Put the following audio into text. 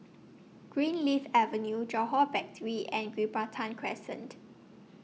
Greenleaf Avenue Johore Battery and Gibraltar Crescent